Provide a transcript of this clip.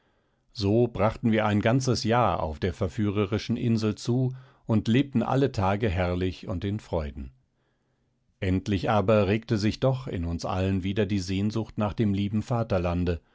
so brachten wir ein ganzes jahr auf der verführerischen insel zu und lebten alle tage herrlich und in freuden endlich aber regte sich doch in uns allen wieder die sehnsucht nach dem lieben vaterlande